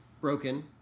Broken